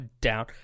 Down